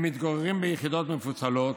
הם מתגוררים ביחידות מפוצלות,